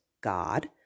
God